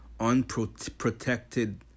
Unprotected